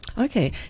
Okay